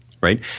Right